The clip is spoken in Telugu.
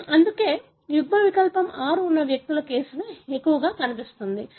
అందుకే యుగ్మ వికల్పం 6 ఉన్న వ్యక్తులు కేసులలో ఎక్కువగా కనిపిస్తారు సరియైనదా